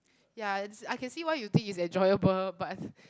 ya I can see why you think it's enjoyable but